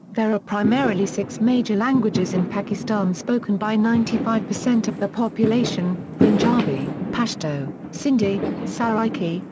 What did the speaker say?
there are primarily six major languages in pakistan spoken by ninety five percent of the population punjabi, pashto, sindhi, saraiki,